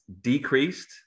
decreased